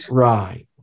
right